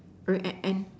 a at and